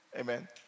Amen